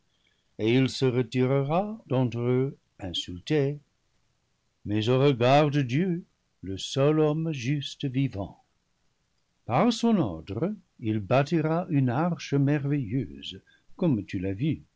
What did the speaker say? et il se retirera d'entre eux insulté mais aux regards de dieu le seul homme juste vivant par son ordre il bâtira une arche merveilleuse comme